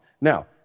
Now